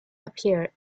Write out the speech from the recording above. appeared